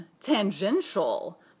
tangential